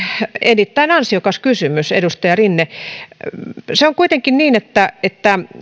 erittäin ansiokas kysymys edustaja rinteeltä on kuitenkin niin että että